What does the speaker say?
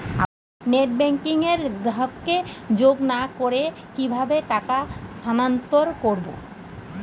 Net banking এ গ্রাহককে যোগ না করে কিভাবে টাকা স্থানান্তর করব?